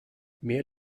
mehr